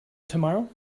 tomorrow